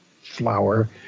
Flower